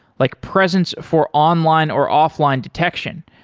like presence for online or offline detection,